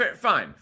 fine